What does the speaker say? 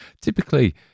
typically